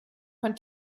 von